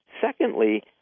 Secondly